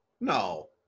No